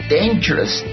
dangerous